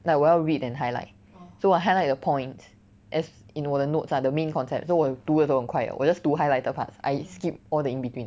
like 我要 read and highlight so 我要 highlight the points as in 我的 notes ah the main concept so 我读的时候很快 liao 我 just 读 highlighted parts I skip all the in between